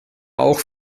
auch